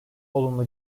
olumlu